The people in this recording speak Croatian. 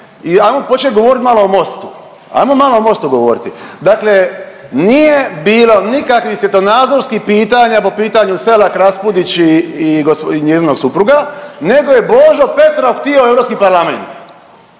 i ajmo počet govorit malo o MOST-u. Ajmo malo o MOST-u govoriti. Dakle, nije bilo nikakvih svjetonazorskih pitanja po pitanju Selak Raspudić i gosp… i njezinog supruga nego je Božo Petrov htio u Europski parlament.